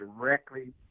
directly